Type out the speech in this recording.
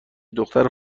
دختر